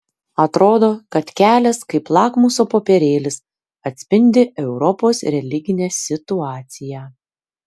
atrodo kad kelias kaip lakmuso popierėlis atspindi europos religinę situaciją